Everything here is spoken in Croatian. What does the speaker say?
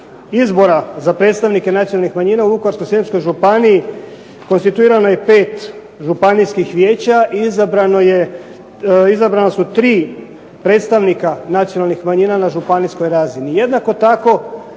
izbora za predstavnike nacionalnih manjina u Vukovarsko-srijemskoj županiji konstituirano je 5 županijskih vijeća i izabrana su tri predstavnika nacionalnih manjina na županijskoj razini. Jednako tako